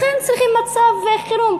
לכן צריכים מצב חירום,